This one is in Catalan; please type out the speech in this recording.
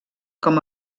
com